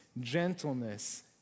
gentleness